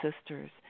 sisters